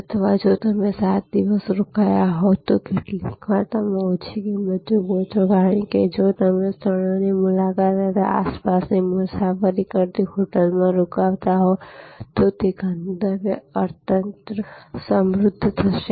અથવા જો તમે 7 દિવસ રોકાયા હોવ તો કેટલીકવાર તમે ઓછી કિંમત ચૂકવો છો કારણ કે જો તમે સ્થળોની મુલાકાત લેતા આસપાસની મુસાફરી કરતી હોટેલોમાં રોકાતા હોવ તો તે ગંતવ્ય અર્થતંત્ર સમૃદ્ધ થશે